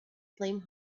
flame